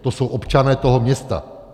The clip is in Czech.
To jsou občané toho města.